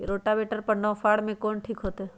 Rotavator और नौ फ़ार में कौन ठीक होतै?